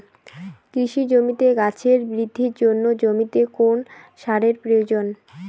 কৃষি জমিতে গাছের বৃদ্ধির জন্য জমিতে কোন সারের প্রয়োজন?